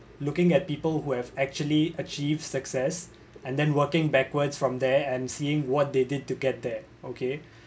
looking at people who have actually achieved success and then working backwards from there and seeing what they did to get there okay